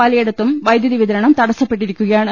പലയിടത്തും വൈദ്യുതി വിതരണം തടസ്സപ്പെട്ടിരിക്കുകയാണ്